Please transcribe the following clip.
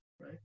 right